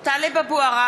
(קוראת בשמות חברי הכנסת) טלב אבו עראר,